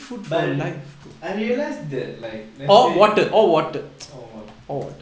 but I realise that like let's say